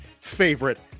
favorite